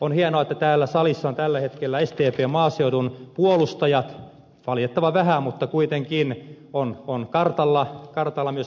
on hienoa että täällä salissa on tällä hetkellä sdpn maaseudun puolustajat valitettavan vähän mutta kuitenkin on kartalla myös sdp tässä